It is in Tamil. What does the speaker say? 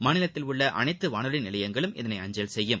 மாநிலத்தில் உள்ள அனைத்து வானொலி நிலையங்களும் இதனை அஞ்சல் செய்யும்